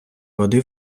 води